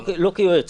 לא כיועץ.